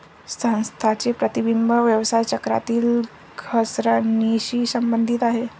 संस्थांचे प्रतिबिंब व्यवसाय चक्रातील घसरणीशी संबंधित आहे